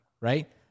right